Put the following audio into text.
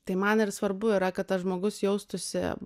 tai man ir svarbu yra kad tas žmogus jaustųsi